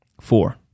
four